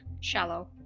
Shallow